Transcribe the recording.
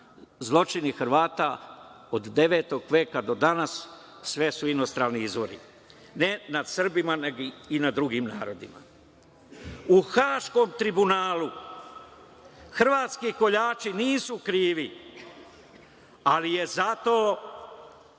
„Zločini Hrvata od devetog veka do danas“, Sve su inostrani izvori, ne nad Srbima, nego i nad drugim narodima.U Haškom tribunalu hrvatski koljači nisu krivi, ali je zato